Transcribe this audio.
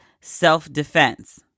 self-defense